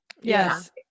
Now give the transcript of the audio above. yes